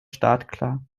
startklar